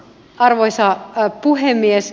arvoisa puhemies